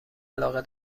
علاقه